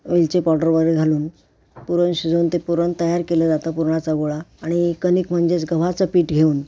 वेलची पावडर वगैरे घालून पुरण शिजवून ते पुरण तयार केलं जातं पुरणाचा गोळा आणि कणिक म्हणजेच गव्हाचं पीठ घेऊन